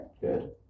Good